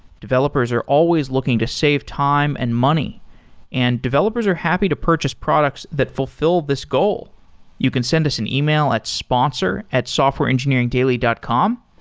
developers are always looking to save time and money and developers are happy to purchase products that fulfill this goal you can send us an ah e-mail at sponsor at softwareengineeringdaily dot com.